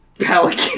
Pelican